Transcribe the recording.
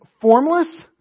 formless